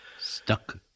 Stuck